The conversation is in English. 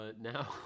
now